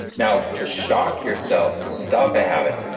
now, to shock yourself to stop a habit.